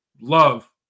love